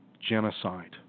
genocide